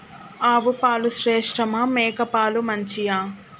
ఆవు పాలు శ్రేష్టమా మేక పాలు మంచియా?